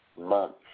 months